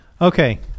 Okay